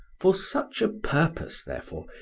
for such a purpose, therefore,